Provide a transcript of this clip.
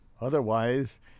Otherwise